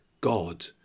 God